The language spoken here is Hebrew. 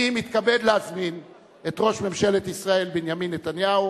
אני מתכבד להזמין את ראש ממשלת ישראל בנימין נתניהו